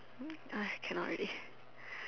cannot ready